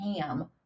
ham